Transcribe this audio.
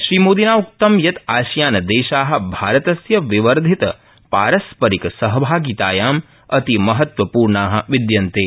श्रीमोदिनोक्तं यत् आसियानदेशा भारतस्य च विवर्धित ारस्तरिक सहभागितायां अतिमहत्व ूर्णा विद्यंते